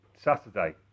Saturday